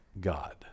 God